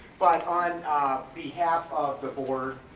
but on behalf of the board,